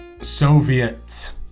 Soviet